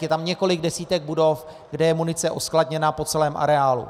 Je tam několik desítek budov, kde je munice uskladněna po celém areálu.